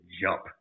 jump